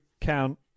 count